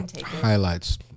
Highlights